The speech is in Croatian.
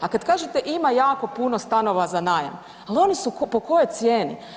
A kad kažete ima jako puno stanova za najam, ali su po kojoj cijeni?